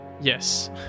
Yes